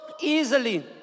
Easily